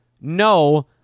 no